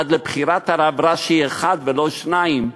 עד לבחירת רב ראשי אחד ולא שניים,